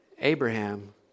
Abraham